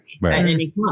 Right